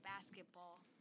basketball